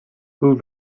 who